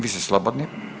Vi ste slobodni.